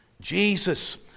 Jesus